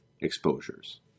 exposures